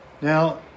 Now